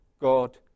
God